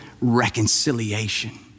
reconciliation